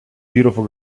beautiful